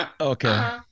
Okay